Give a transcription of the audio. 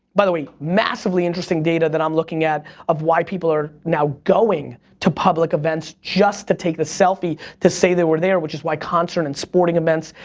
by the way, massively interesting data that i'm looking at of why people are now going to public events just to take the selfie to say they were there, which is why concert and sporting events,